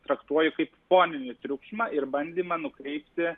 traktuoju kaip foninį triukšmą ir bandymą nukreipti